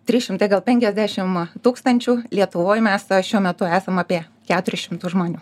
trys šimtai gal penkiasdešim tūkstančių lietuvoj mes šiuo metu esam apie keturis šimtus žmonių